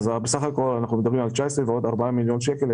בסך הכול אנחנו מדברים על 19 ועוד 4 מיליון שקלים,